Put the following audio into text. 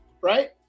right